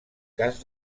cas